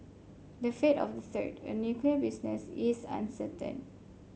the fate of the third a nuclear business is uncertain